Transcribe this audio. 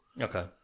Okay